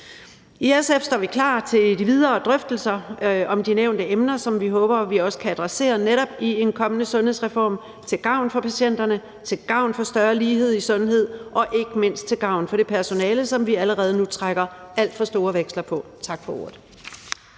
I SF står vi klar til de videre drøftelser om de nævnte emner, som vi håber vi også kan adressere i netop en kommende sundhedsreform, til gavn for patienterne, til gavn for større lighed i sundhed og ikke mindst til gavn for det personale, som vi allerede nu trækker alt for store veksler på. Tak for ordet.